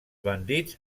bandits